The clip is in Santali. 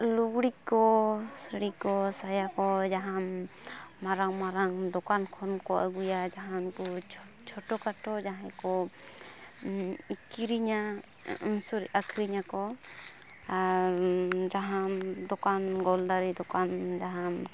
ᱞᱩᱜᱽᱲᱤᱡᱠᱚ ᱥᱟᱹᱲᱤᱠᱚ ᱥᱟᱭᱟᱠᱚ ᱡᱟᱦᱟᱱ ᱢᱟᱨᱟᱝ ᱢᱟᱨᱟᱝ ᱫᱚᱠᱟᱱ ᱠᱷᱚᱱᱠᱚ ᱟᱹᱜᱩᱭᱟ ᱡᱟᱦᱟᱱ ᱪᱷᱳ ᱪᱷᱳᱴᱚ ᱠᱷᱟᱴᱚ ᱡᱟᱦᱟᱸᱭᱠᱚ ᱠᱤᱨᱤᱧᱟ ᱥᱚᱨᱤ ᱟᱹᱠᱷᱨᱤᱧᱟᱠᱚ ᱟᱨ ᱡᱟᱦᱟᱱ ᱫᱚᱠᱟᱱ ᱜᱚᱞᱫᱟᱨᱤ ᱫᱚᱠᱟᱱ ᱡᱟᱦᱟᱱ